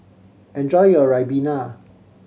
enjoy your ribena